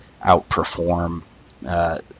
outperform